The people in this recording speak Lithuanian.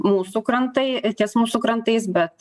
mūsų krantai ties mūsų krantais bet